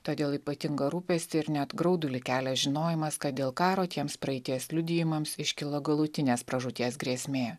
todėl ypatingą rūpestį ir net graudulį kelia žinojimas kad dėl karo tiems praeities liudijimams iškilo galutinės pražūties grėsmė